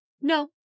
No